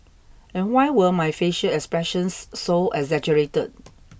and why were my facial expressions so exaggerated